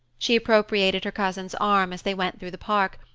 she appropriated her cousin's arm as they went through the park,